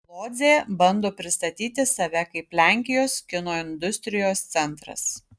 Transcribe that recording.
lodzė bando pristatyti save kaip lenkijos kino industrijos centras